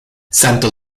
santo